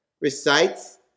recites